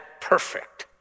perfect